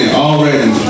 already